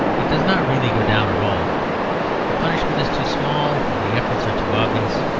it does not really go down at all the punishment is too small, and the efforts are too obvious.